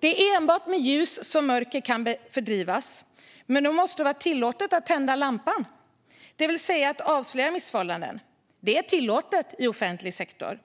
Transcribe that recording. Det är enbart med ljus som mörker kan fördrivas - men då måste det vara tillåtet att tända lampan, det vill säga att avslöja missförhållanden. Det är tillåtet i offentlig sektor.